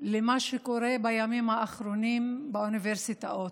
למה שקורה בימים האחרונים באוניברסיטאות.